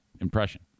impression